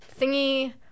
thingy